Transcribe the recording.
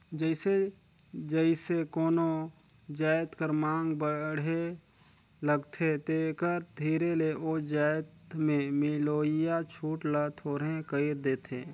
जइसे जइसे कोनो जाएत कर मांग बढ़े लगथे तेकर धीरे ले ओ जाएत में मिलोइया छूट ल थोरहें कइर देथे